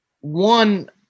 one